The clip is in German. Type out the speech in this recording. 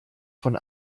von